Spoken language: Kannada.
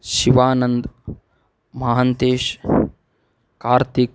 ಶಿವಾನಂದ್ ಮಹಂತೇಶ್ ಕಾರ್ತಿಕ್